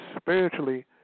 spiritually